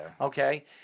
Okay